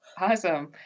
Awesome